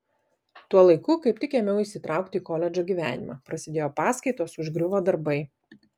tuo laiku kaip tik ėmiau įsitraukti į koledžo gyvenimą prasidėjo paskaitos užgriuvo darbai